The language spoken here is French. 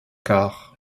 car